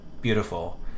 beautiful